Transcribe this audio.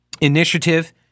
initiative